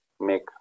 make